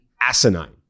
asinine